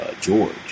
George